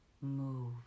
move